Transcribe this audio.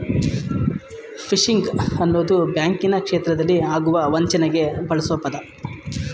fishing ಅನ್ನೋದು ಬ್ಯಾಂಕಿನ ಕ್ಷೇತ್ರದಲ್ಲಿ ಆಗುವ ವಂಚನೆಗೆ ಬಳ್ಸೊ ಪದ